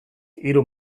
hiru